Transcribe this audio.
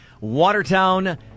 Watertown